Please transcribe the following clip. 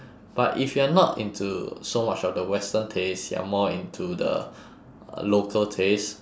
but if you're not into so much of the western taste you're more into the uh local taste